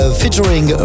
featuring